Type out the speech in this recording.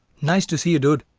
nice to see you, dude.